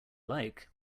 like